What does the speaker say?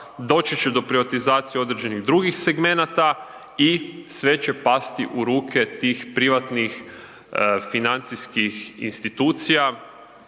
doći će do privatizacije određenih drugih segmenata i sve će pasti u ruke tih privatnih financijskih institucija